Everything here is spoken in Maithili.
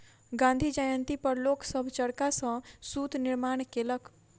गाँधी जयंती पर लोक सभ चरखा सॅ सूत निर्माण केलक